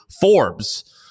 Forbes